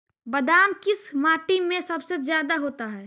बादाम किस माटी में सबसे ज्यादा होता है?